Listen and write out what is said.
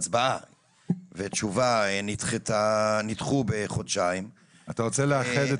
ההצבעה והתשובה נדחו בחודשיים --- אתה רוצה לאחד את